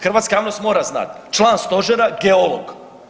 Hrvatska javnost mora znati, član stožera geolog.